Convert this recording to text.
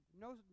No